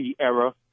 era